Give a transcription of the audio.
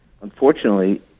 Unfortunately